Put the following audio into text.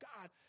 God